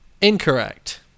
incorrect